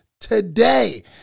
today